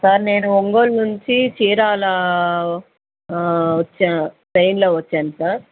sir నేను ఒంగోలు నుంచి చీరాల ట్రైన్లో వచ్చాను సార్